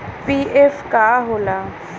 PF का होला?